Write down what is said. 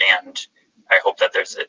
and i hope that there's